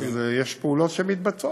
יש פעולות שמתבצעות.